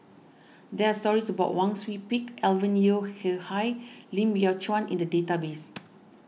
there are stories about Wang Sui Pick Alvin Yeo Khirn Hai and Lim Biow Chuan in the database